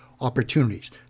opportunities